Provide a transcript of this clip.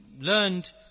learned